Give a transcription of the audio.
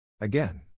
Again